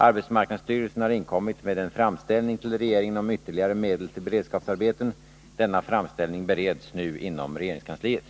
Arbetsmarknadsstyrelsen har inkommit med en framställning till regeringen om ytterligare medel till beredskapsarbeten. Denna framställning bereds nu inom regeringskansliet.